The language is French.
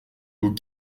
aux